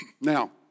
Now